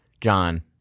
John